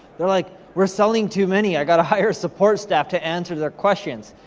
they're like, we're selling too many, i gotta hire support staff to answer their questions.